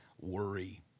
worry